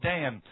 Dan